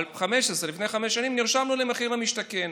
לפני חמש שנים, נרשמנו למחיר למשתכן.